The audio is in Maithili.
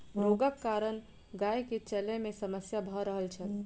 रोगक कारण गाय के चलै में समस्या भ रहल छल